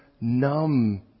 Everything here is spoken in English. numb